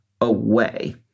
away